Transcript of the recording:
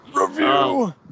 Review